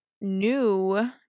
new